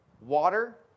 water